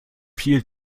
viel